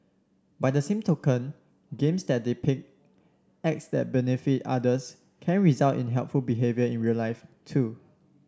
by the same token games that depict acts that benefit others can result in helpful behaviour in real life too